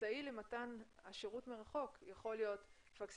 האמצעי למתן השירות מרחוק יכול להיות פקסימיליה,